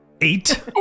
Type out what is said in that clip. Eight